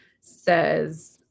says